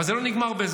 אבל זה לא נגמר בזה.